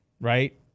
right